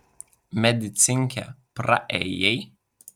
medicinkę praėjai